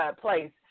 place